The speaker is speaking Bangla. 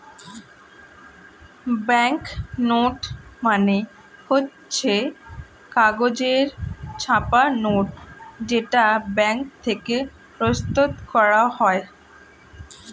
ব্যাংক নোট মানে হচ্ছে কাগজে ছাপা নোট যেটা ব্যাঙ্ক থেকে প্রস্তুত করা হয়